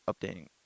updating